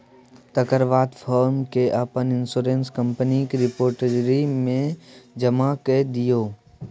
तकर बाद फार्म केँ अपन इंश्योरेंस कंपनीक रिपोजिटरी मे जमा कए दियौ